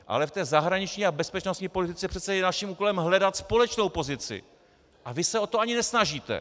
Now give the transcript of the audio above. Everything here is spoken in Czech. Ale v té zahraniční a bezpečnostní politice je přece naším úkolem hledat společnou pozici, a vy se o to ani nesnažíte.